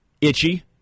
Itchy